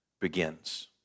begins